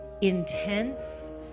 intense